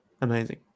Amazing